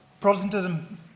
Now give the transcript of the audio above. Protestantism